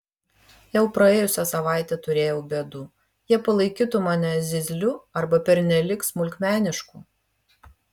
jau praėjusią savaitę turėjau bėdų jie palaikytų mane zyzliu arba pernelyg smulkmenišku